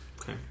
Okay